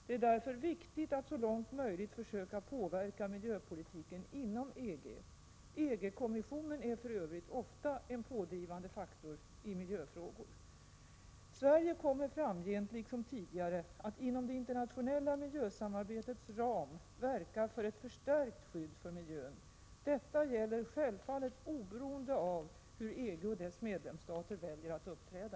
Det är därför viktigt att så långt möjligt försöka påverka miljöpolitiken inom EG. EG-kommissionen är för övrigt ofta en pådrivande faktor i miljöfrågor. Sverige kommer framgent liksom tidigare att inom det internationella miljösamarbetets ram verka för ett förstärkt skydd för miljön. Detta gäller självfallet oberoende av hur EG och dess medlemsstater väljer att uppträda.